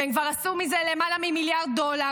והם כבר עשו מזה למעלה ממיליארד דולר.